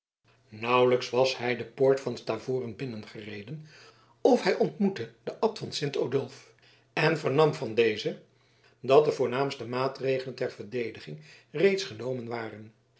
nauwelijks was hij de poort van stavoren binnengereden of hij ontmoette den abt van sint odulf en vernam van dezen dat de voornaamste maatregelen ter verdediging reeds genomen waren